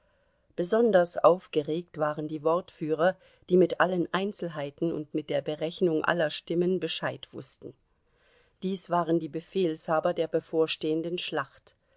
besonders aufgeregt waren die wortführer die mit allen einzelheiten und mit der berechnung aller stimmen bescheid wußten dies waren die befehlshaber der bevorstehenden schlacht